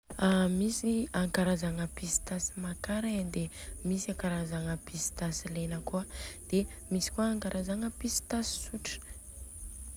A misy a ankarazagna pisitasy makara e, dia misy ankarazagna pisitasy lena kôa, dia misy kôa ankarazagna pisitasy tsotra.